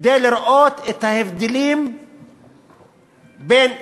כדי לראות את ההבדלים בין שניהם.